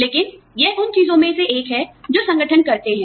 लेकिन यह उन चीजों में से एक है जो संगठन करते हैं